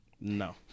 No